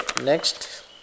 next